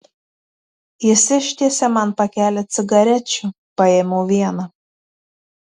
jis ištiesė man pakelį cigarečių paėmiau vieną